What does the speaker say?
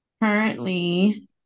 currently